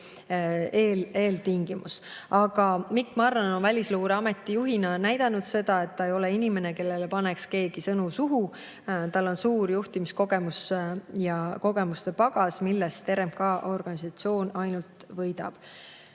eeltingimus. Aga Mikk Marran on Välisluureameti juhina näidanud seda, et ta ei ole inimene, kellele paneks keegi sõnu suhu. Tal on suur juhtimiskogemus ja kogemustepagas, millest RMK organisatsioon ainult võidab.